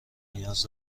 نیاز